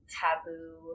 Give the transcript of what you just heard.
taboo